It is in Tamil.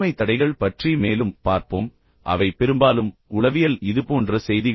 ஆளுமை தடைகள் பற்றி மேலும் பார்ப்போம் ஆளுமை தடைகள் பெரும்பாலும் உளவியல் இயல்புடையவை